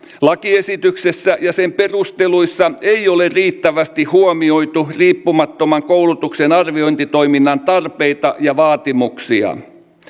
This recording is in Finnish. lakiesityksessä ja sen perusteluissa ei ole riittävästi huomioitu riippumattoman koulutuksen arviointitoiminnan tarpeita ja vaatimuksia